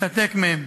נתנתק מהם.